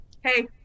Hey